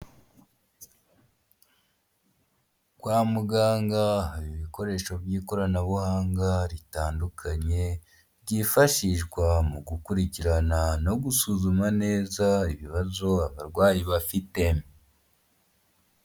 Kwa muganga har' ibikoresho by'ikoranabuhanga ritandukanye, byifashishwa mu gukurikirana no gusuzuma neza ibibazo abarwayi bafite.